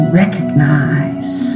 recognize